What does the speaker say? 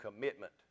commitment